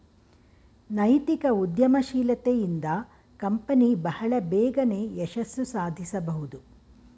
ನೈತಿಕ ಉದ್ಯಮಶೀಲತೆ ಇಂದ ಕಂಪನಿ ಬಹಳ ಬೇಗನೆ ಯಶಸ್ಸು ಸಾಧಿಸಬಹುದು